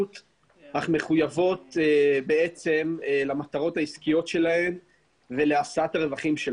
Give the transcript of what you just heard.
אך מחויבות בעצם למטרות העסקיות שלהן ולהשאת רווחים.